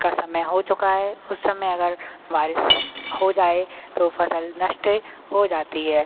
का समय हो चुका है उस समय अगर बारिश हो जाए तो फसल नष्ट हो जाती है